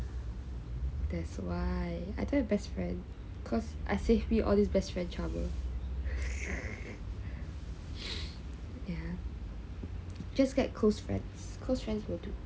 that's why I tell you best friend cause I save you all this best friend trouble yeah just get close friends close friends will do